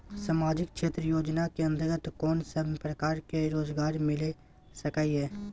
सामाजिक क्षेत्र योजना के अंतर्गत कोन सब प्रकार के रोजगार मिल सके ये?